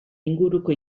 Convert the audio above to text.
inguruko